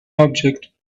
object